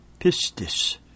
pistis